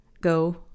Go